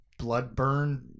bloodburn